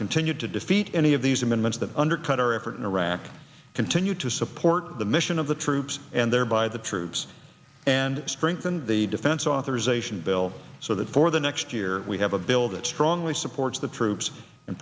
continued to defeat any of these amendments that undercut our effort in iraq continue to support the mission of the troops and thereby the troops and strengthen the defense authorization bill so that for the next year we have a bill that strongly supports the troops and